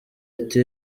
ati